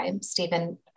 Stephen